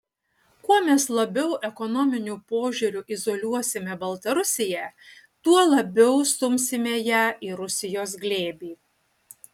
kuo mes labiau ekonominiu požiūriu izoliuosime baltarusiją tuo labiau stumsime ją į rusijos glėbį